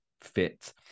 fit